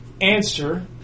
Answer